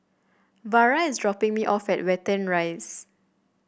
Vara is dropping me off at Watten Rise